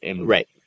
Right